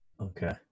Okay